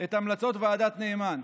את המלצות ועדת נאמן.